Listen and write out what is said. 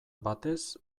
batez